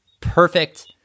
perfect